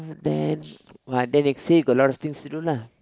then but then they say they got a lot of things to do lah